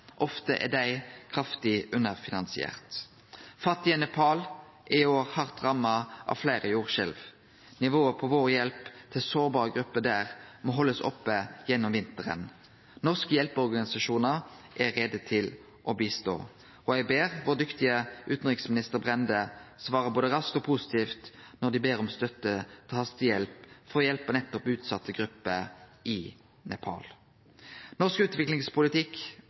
ofte er dei kraftig underfinansierte. Fattige Nepal er i år hardt ramma av fleire jordskjelv. Nivået på vår hjelp til sårbare grupper der må haldast oppe gjennom vinteren. Norske hjelpeorganisasjonar er klare til å hjelpe. Eg ber vår dyktige utanriksminister Brende svare både raskt og positivt når dei ber om støtte til hastehjelp for å hjelpe nettopp utsette grupper i Nepal. Norsk utviklingspolitikk